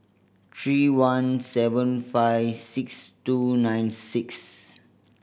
three one seven five six two nine six